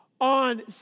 On